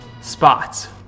spots